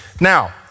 Now